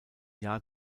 jahr